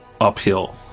uphill